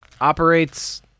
operates